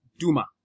Duma